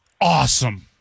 awesome